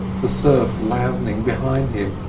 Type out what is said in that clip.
the surf loudening behind him,